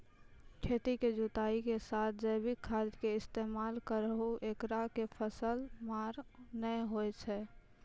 खेतों के जुताई के साथ जैविक खाद के इस्तेमाल करहो ऐकरा से फसल मार नैय होय छै?